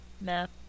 map